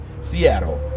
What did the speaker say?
Seattle